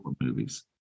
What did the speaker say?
movies